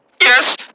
Yes